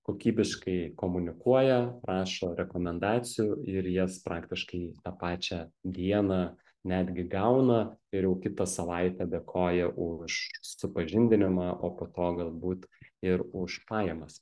kokybiškai komunikuoja prašo rekomendacijų ir jas praktiškai tą pačią dieną netgi gauna ir jau kitą savaitę dėkoja už supažindinimą o po to galbūt ir už pajamas